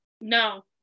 No